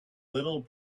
little